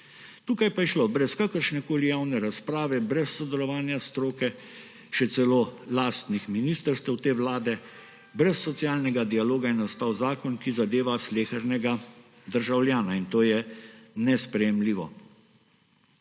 tukaj pa je šlo brez kakršnekoli javne razprave, brez sodelovanja stroke, še celo lastnih ministrstev te vlade. Brez socialnega dialoga je nastal zakon, ki zadeva slehernega državljana, in to je nesprejemljivo.